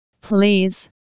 Please